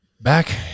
back